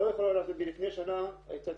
לפני שנה הייתה